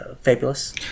fabulous